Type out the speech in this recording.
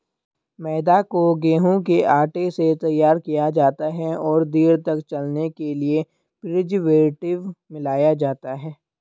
मैदा को गेंहूँ के आटे से तैयार किया जाता है और देर तक चलने के लिए प्रीजर्वेटिव मिलाया जाता है